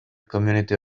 community